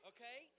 Okay